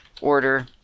Order